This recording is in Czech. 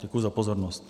Děkuji za pozornost.